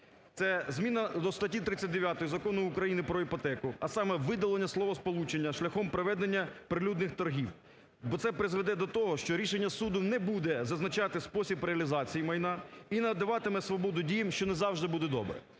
це зміна до статті 39 Закону України про іпотеку, а саме видалення словосполучення "шляхом проведення прилюдних торгів", бо це призведе до того, що рішення не буде зазначати спосіб реалізації майна і надаватиме свободу діям, що не завжди буде добре.